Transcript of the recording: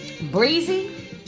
Breezy